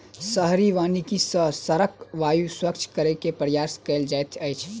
शहरी वानिकी सॅ शहरक वायु स्वच्छ करै के प्रयास कएल जाइत अछि